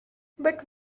but